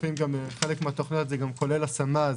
לפעמים גם חלק מהתוכניות כולל השמה,